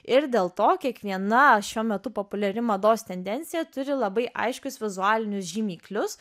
ir dėl to kiekviena šiuo metu populiari mados tendencija turi labai aiškius vizualinius žymiklius